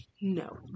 no